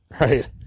right